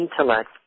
intellect